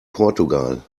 portugal